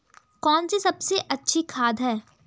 कौन सी सबसे अच्छी खाद है?